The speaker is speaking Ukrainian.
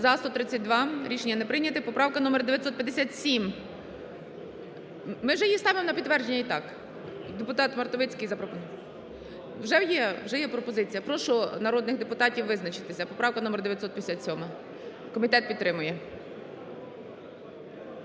За-132 Рішення не прийнято. Поправка номер 957. Ми ж її ставимо на підтвердження і так, депутат Мартовицький запропонував… Вже є пропозиція, прошу народних депутатів визначитися поправка номер 957, комітет підтримує.